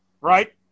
Right